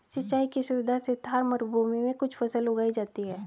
सिंचाई की सुविधा से थार मरूभूमि में भी कुछ फसल उगाई जाती हैं